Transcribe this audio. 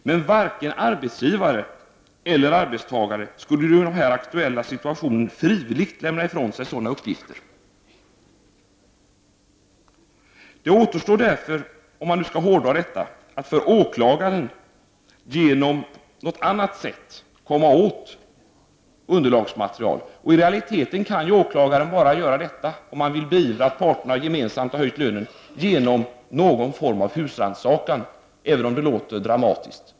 Men varken arbetsgivare eller arbetstagare skulle i den aktuella situationen frivilligt lämna ifrån sig sådana uppgifter. Om man nu skall hårdra detta återstår då för åklagaren bara att försöka att på något annat sätt komma åt underlagsmaterial. I realiteten kan åklagaren beivra att parterna gemensamt har höjt lönen bara genom någon form av husrannsakan, även om det låter dramatiskt.